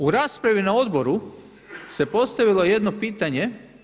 U raspravi na Odboru se postavilo jedno pitanje.